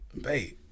Babe